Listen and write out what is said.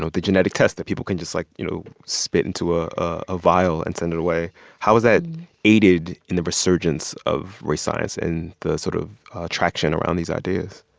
ah the genetic test that people can just, like, you know, spit into ah a vial and send it away how has that aided in the resurgence of race science and the sort of traction around these ideas?